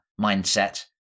mindset